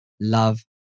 love